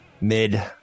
Mid